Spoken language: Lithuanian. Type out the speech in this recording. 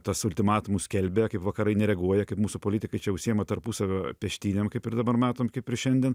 tas ultimatumus skelbia kaip vakarai nereaguoja kaip mūsų politikai čia užsiima tarpusavio peštynėm kaip ir dabar matom kaip ir šiandien